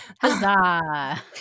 Huzzah